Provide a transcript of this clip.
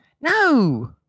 No